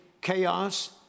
chaos